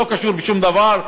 לא קשור בשום דבר,